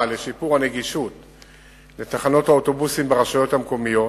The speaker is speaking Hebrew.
לשיפור הנגישות של תחנות האוטובוסים ברשויות המקומיות